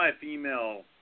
female